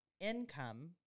income